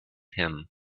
him